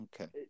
Okay